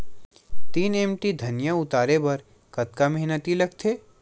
तीन एम.टी धनिया उतारे बर कतका मेहनती लागथे?